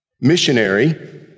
missionary